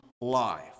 life